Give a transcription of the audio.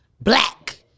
black